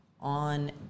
on